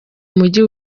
mujyi